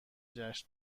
جشن